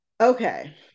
okay